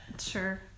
Sure